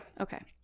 okay